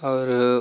और